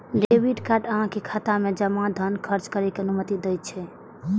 debit card अहांक खाता मे जमा धन खर्च करै के अनुमति दै छै